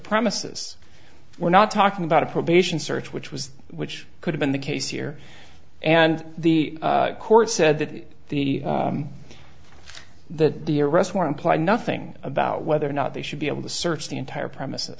premises we're not talking about a probation search which was which could have been the case here and the court said that the that the arrest warrant pli nothing about whether or not they should be able to search the entire premises